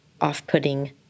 off-putting